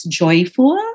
joyful